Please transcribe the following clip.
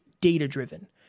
data-driven